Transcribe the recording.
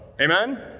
Amen